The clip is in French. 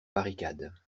barricade